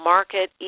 Market